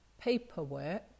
paperwork